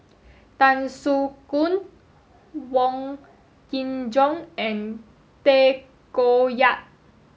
Tan Soo Khoon Wong Kin Jong and Tay Koh Yat